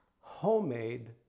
homemade